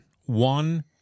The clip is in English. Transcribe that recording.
one